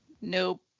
Nope